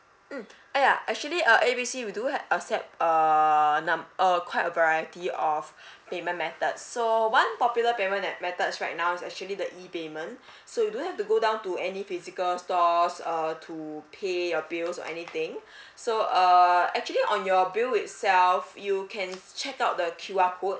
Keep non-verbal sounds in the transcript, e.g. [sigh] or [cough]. mm ah ya actually uh A B C we do ha~ accept uh num~ uh quite a variety of [breath] payment methods so one popular payment me~ methods right now is actually the E payment [breath] so you don't have to go down to any physical stores uh to pay your bills or anything [breath] so uh actually on your bill itself you can check out the Q_R code